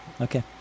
Okay